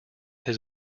his